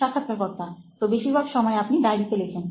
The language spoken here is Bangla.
সাক্ষাৎকারকর্তা তো বেশিরভাগ সময় আপনি ডায়রিতে লেখেন